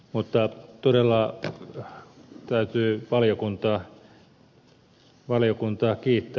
mutta todella täytyy valiokuntaa kiittää